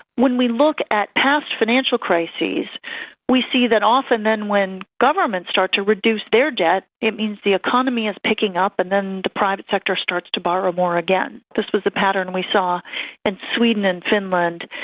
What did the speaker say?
when we look at past financial crises we see that often when governments start to reduce their debt it means the economy is picking up and then the private sector starts to borrow more again. this was the pattern we saw in and sweden and finland,